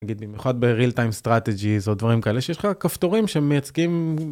במיוחד בריל טיים סטרטג'יז או דברים כאלה שיש לך כפתורים שמייצגים.